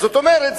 זאת אומרת,